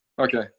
Okay